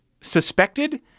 suspected